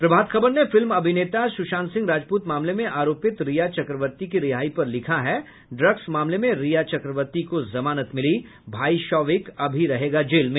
प्रभात खबर ने फिल्म अभिनेता सुशांत सिंह राजपूत मामले में आरोपित रिया चक्रवर्ती की रिहाई पर लिखा है ड्रग्स मामले में रिया चक्रवर्ती को जमानत मिली भाई शौविक अभी रहेगा जेल में